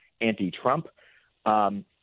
anti-Trump